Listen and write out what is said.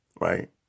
right